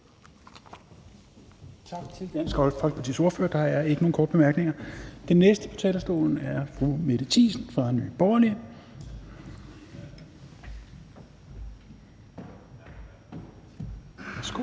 Tak til Dansk Folkepartis ordfører. Der er ikke nogen korte bemærkninger. Den næste på talerstolen er fru Mette Thiesen fra Nye Borgerlige. Værsgo.